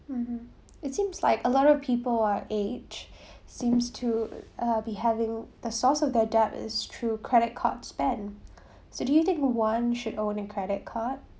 mmhmm it seems like a lot of people our age seems to uh be having the source of their debt is through credit card spend so do you think one should own a credit card